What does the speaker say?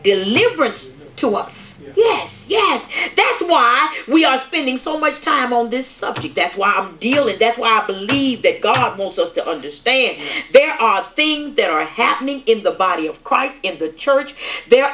deliverance to us yes yes that's why we are spending so much time on this subject that's why our deal and that's why i believe that god wants us to understand there are things there are happening in the body of christ in the church there